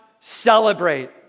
celebrate